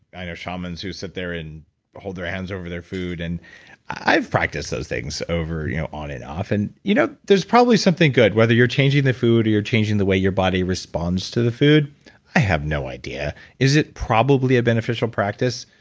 i know shamans who sit there and hold their hands over their food. and i've practiced those things over you know on and off, and you know there's probably something good whether you're changing the food or you're changing the way your body responds to the food i have no idea. is it probably a beneficial practice?